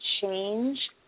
change